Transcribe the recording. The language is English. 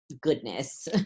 goodness